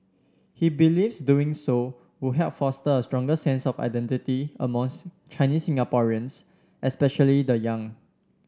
he believes doing so would help foster a stronger sense of identity a month Chinese Singaporeans especially the young